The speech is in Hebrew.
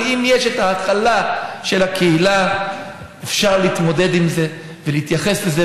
אבל אם יש את ההכלה של הקהילה אפשר להתמודד עם זה ולהתייחס לזה,